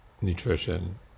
nutrition